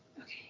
Okay